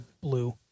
blue